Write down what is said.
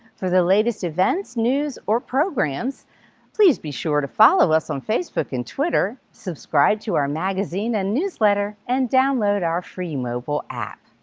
for the latest events, news or programs please be sure to follow us on facebook and twitter, subscribe to our magazine and newsletter, and download our free mobile app.